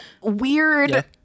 weird